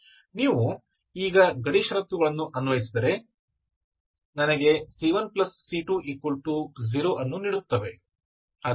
ನೀವು ಈಗ ಗಡಿ ಷರತ್ತುಗಳನ್ನು ಅನ್ವಯಿಸಿದರೆ ನನಗೆ c1c20 ಅನ್ನು ನೀಡುತ್ತದೆ